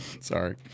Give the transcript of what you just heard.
Sorry